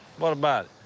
what about